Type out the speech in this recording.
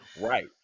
right